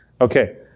Okay